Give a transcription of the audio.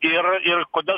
ir ir kodėl